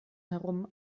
herum